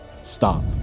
stop